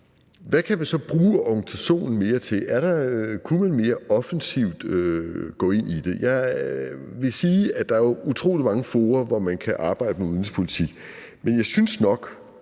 Hvad kan man så mere bruge organisationen til? Kunne man gå mere offensivt ind i det? Jeg vil sige, at der jo er utrolig mange fora, hvor man kan arbejde med udenrigspolitik, men jeg synes nok,